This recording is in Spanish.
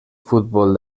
fútbol